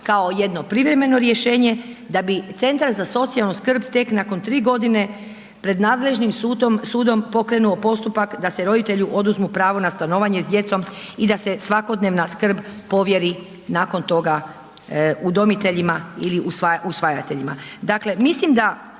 kao jedno privremeno rješenje da bi CZSS tek nakon 3 g. pred nadležnim sudom pokrenuo postupak da se roditelju oduzmu pravo na stanovanje s djecom i da se svakodnevna skrb provjeri, nakon toga udomiteljima ili usvojiteljima.